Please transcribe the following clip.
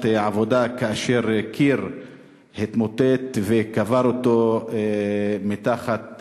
עבודה כאשר קיר התמוטט וקבר אותו מתחתיו.